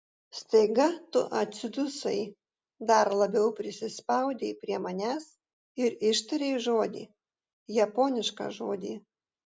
staiga tu atsidusai dar labiau prisispaudei prie manęs ir ištarei žodį japonišką žodį